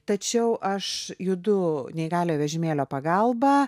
tačiau aš judu neįgaliojo vežimėlio pagalba